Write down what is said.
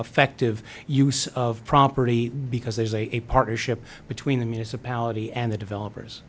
effective use of property because there's a partnership between the municipality and the developers